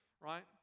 right